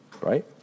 right